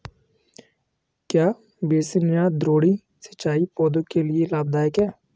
क्या बेसिन या द्रोणी सिंचाई पौधों के लिए लाभदायक है?